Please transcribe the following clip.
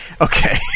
Okay